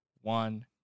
one